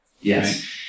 Yes